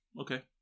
Okay